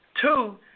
Two